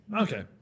Okay